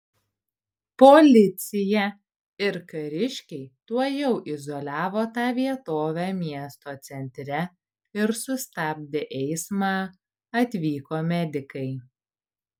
policija ir kariškiai tuojau izoliavo tą vietovę miesto centre ir sustabdė eismą atvyko medikai